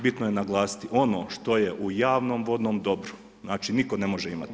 Bitno je naglasiti, ono što je u javnom vodnom dobru, znači nitko ne može imati.